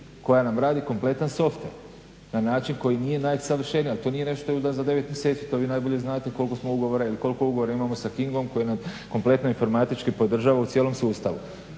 koja nam radi kompletan softver na način koji nije najsavršeniji. Ali to nije nešto onda za 9 mjeseci to vi najbolje znate koliko smo ugovora ili koliko ugovora imamo sa Kingom koji nas kompletno informatički podržava u cijelom sustavu.